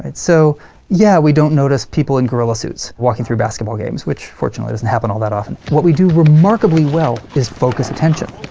and so yeah, we don't notice people in gorilla suits walking through basketball games, which, fortunately, doesn't happen all that often. what we do remarkably well is focus attention.